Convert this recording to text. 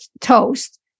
toast